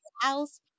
House